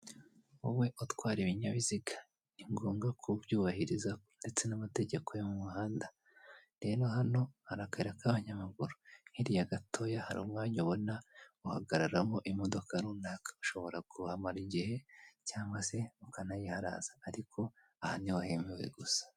Wowe utwara ibinyabiziga ni ngombwa ko ubyubahiriza ndetse n'amategeko y'umuhanda. Rero hano hari akayira k'abanyamaguru hirya gatoya hari umwanya ubona uhagararamo imodoka runaka, ishobora kuhamara igihe cyangwa se ukanayiharaza ariko aha ni ho hemewe gusa.